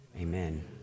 Amen